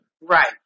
Right